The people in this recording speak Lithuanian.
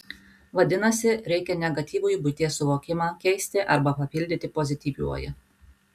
vadinasi reikia negatyvųjį buities suvokimą keisti arba papildyti pozityviuoju